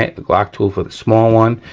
the glock tool for the small one,